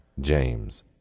James